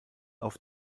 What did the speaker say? auf